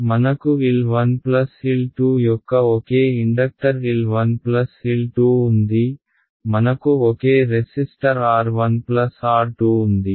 కాబట్టి మనకు L 1 L 2 యొక్క ఒకే ఇండక్టర్ L 1 L 2 ఉంది మనకు ఒకే రెసిస్టర్ R 1 R 2 ఉంది